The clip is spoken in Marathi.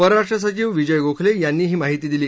परराष्ट्र सचिव विजय गोखले यांनी ही माहिती दिली